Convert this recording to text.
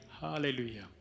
Hallelujah